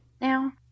now